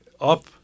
up